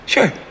Sure